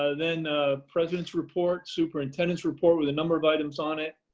ah then a president's report, superintendents report with a number of items on it.